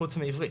חוץ מעברית.